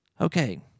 Okay